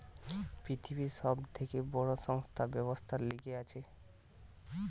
পৃথিবীর সব থেকে বড় সংস্থা ব্যবসার লিগে আছে